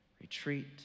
Retreat